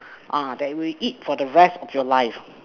uh that we eat for the rest of your life